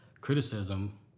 criticism